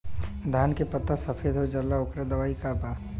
धान के पत्ता सफेद हो जाला ओकर दवाई का बा?